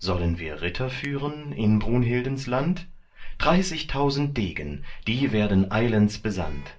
sollen wir ritter führen in brunhildens land dreißigtausend degen die werden eilends besandt